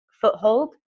foothold